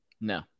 No